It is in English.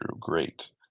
Great